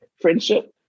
friendship